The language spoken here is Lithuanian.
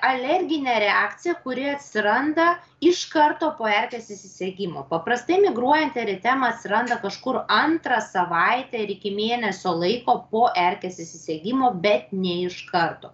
alergine reakcija kuri atsiranda iš karto po erkės įsisegimo paprastai migruojanti eritema atsiranda kažkur antrą savaitę ir iki mėnesio laiko po erkės įsisegimo bet ne iš karto